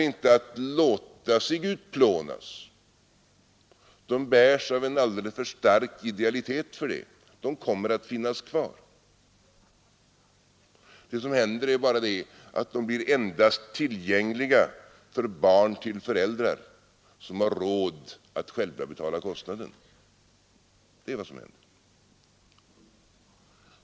De bärs av en alldeles för stark idealitet för att låta sig utplånas. Det som händer är bara att de endast blir tillgängliga för barn till föräldrar som själva har råd att betala kostnaden.